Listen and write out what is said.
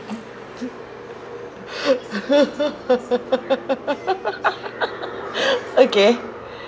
okay